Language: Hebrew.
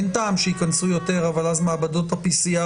אין טעם שייכנסו יותר אבל אז מעבדות ה-PCR